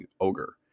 Ogre